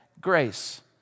grace